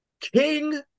King